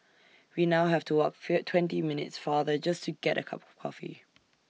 we now have to walk fee twenty minutes farther just to get A cup of coffee